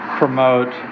promote